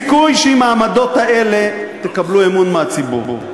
ואין סיכוי שעם העמדות האלה תקבלו אמון מהציבור.